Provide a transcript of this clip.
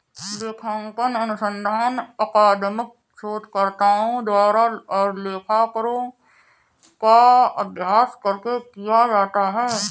लेखांकन अनुसंधान अकादमिक शोधकर्ताओं द्वारा और लेखाकारों का अभ्यास करके किया जाता है